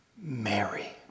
Mary